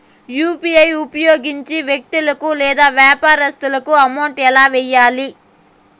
UPI ఉపయోగించి వ్యక్తులకు లేదా వ్యాపారస్తులకు అమౌంట్ ఎలా వెయ్యాలి